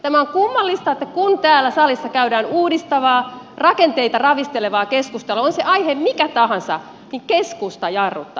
tämä on kummallista että kun täällä salissa käydään uudistavaa rakenteita ravistelevaa keskustelua on se aihe mikä tahansa niin keskusta jarruttaa